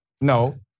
No